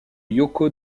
yoko